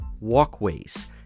walkways